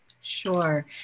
Sure